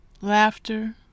laughter